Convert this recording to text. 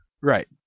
Right